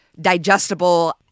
digestible